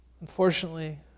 Unfortunately